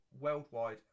worldwide